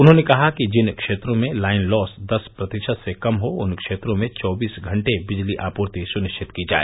उन्होंने कहा कि इन क्षेत्रों में लाइन लॉस दस प्रतिशत से कम हो उन क्षेत्रों में चौबीस घंटे बिजली आपूर्ति सुनिश्चित की जाए